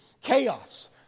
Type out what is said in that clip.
Chaos